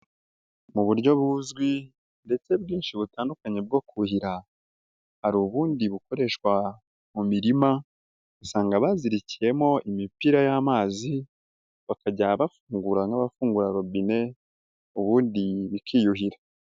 Mu buryo buzwi ndetse bwinshi butandukanye bwo kuhira, hari ubundi bukoreshwa mu mirima, usanga bazirikiyemo imipira y'amazi, bakajya bafungura nk'abafungura robine ubundi bikiyuhira.